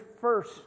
first